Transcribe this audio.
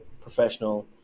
professional